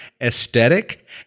aesthetic